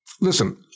listen